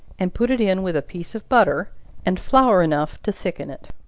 and put it in with a piece of butter and flour enough to thicken it.